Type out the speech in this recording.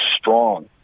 strong